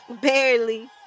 Barely